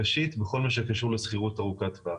ראשית, בכל מה שקשור לשכירות ארוכת טווח.